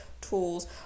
tools